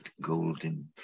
golden